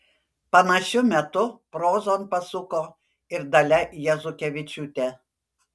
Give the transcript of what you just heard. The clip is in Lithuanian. panašiu metu prozon pasuko ir dalia jazukevičiūtė